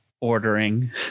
ordering